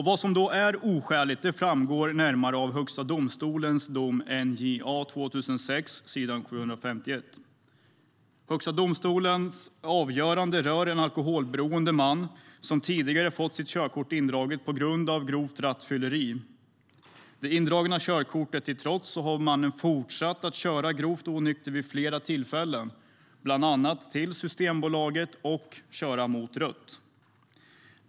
Vad som är oskäligt framgår närmare av Högsta domstolens dom NJA 2006 s. 751. Högsta domstolens avgörande rör en alkoholberoende man som tidigare fått sitt körkort indraget på grund av grovt rattfylleri. Det indragna körkortet till trots har mannen fortsatt att köra grovt onykter vid flera tillfällen, bland annat till Systembolaget, och även att köra mot rött.